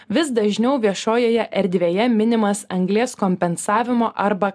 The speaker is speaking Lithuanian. vis dažniau viešojoje erdvėje minimas anglies kompensavimo arba